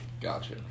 Gotcha